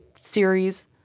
series